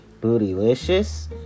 bootylicious